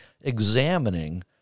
examining